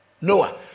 Noah